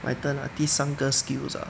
my turn ah 第三个 skills ah